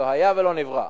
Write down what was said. לא היה ולא נברא.